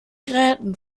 gräten